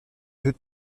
deux